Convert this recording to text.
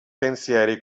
pensieri